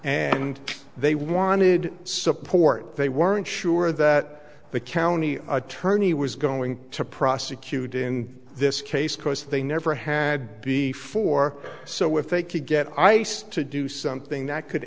and they wanted support they weren't sure that the county attorney was going to prosecute in this case because they never had before so if they could get ice to do something that could